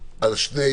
על שני